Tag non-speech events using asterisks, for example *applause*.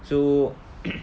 so *noise*